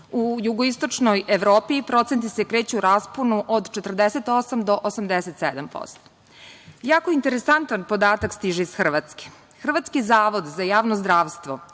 U jugoistočnoj Evropi procenti se kreću u rasponu od 48 do 87%.Jako interesantan podatak stiže iz Hrvatske. Hrvatski zavod za javno zdravstvo